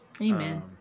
Amen